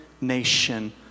nation